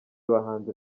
bahanzi